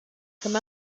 come